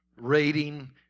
rating